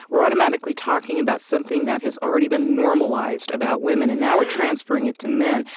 we're automatically talking about something that has already been normalized about women. and now we're transferring it to men.